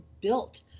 built